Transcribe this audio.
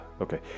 okay